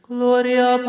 Gloria